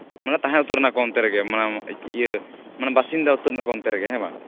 ᱢᱟᱱᱮ ᱛᱟᱦᱮᱸ ᱩᱛᱟᱹᱨ ᱮᱱᱟ ᱠᱚ ᱚᱱᱛᱮ ᱨᱮᱜᱮ ᱢᱟᱱᱮ ᱤᱭᱟᱹ ᱢᱟᱱᱮ ᱵᱟᱥᱤᱱᱫᱟ ᱩᱛᱟᱹᱨ ᱮᱱᱟ ᱠᱚ ᱚᱱᱛᱮᱨᱮᱜᱮ ᱦᱮᱸ ᱵᱟᱝ